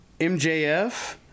MJF